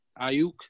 Ayuk